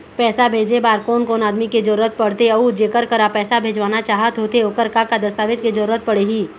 पैसा भेजे बार कोन कोन आदमी के जरूरत पड़ते अऊ जेकर करा पैसा भेजवाना चाहत होथे ओकर का का दस्तावेज के जरूरत पड़ही?